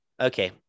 okay